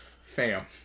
fam